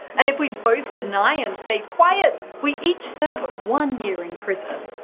and if we both deny and stay quiet, we each serve one year in prison.